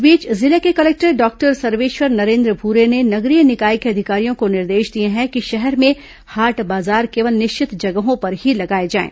इस बीच जिले के कलेक्टर डॉक्टर सर्वेश्वर नरेन्द्र भूरे ने नगरीय निकाय के अधिकारियों को निर्देश दिए हैं कि शहर में हाट बाजार केवल निश्चित जगहों पर ही लगाए जाएं